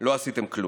לא עשיתם כלום.